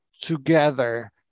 together